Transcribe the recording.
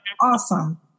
Awesome